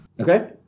Okay